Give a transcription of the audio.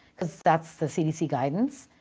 because that's the cdc guidance.